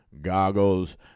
goggles